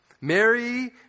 Mary